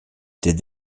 did